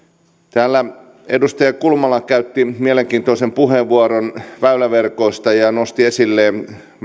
täällä edustaja kulmala käytti mielenkiintoisen puheenvuoron väyläverkoista ja nosti esille